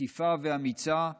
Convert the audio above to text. מקיפה ואמיצה,